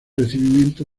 recibimiento